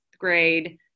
grade